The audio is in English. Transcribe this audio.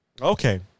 Okay